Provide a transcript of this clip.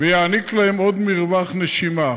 ויעניק להם עוד מרווח נשימה.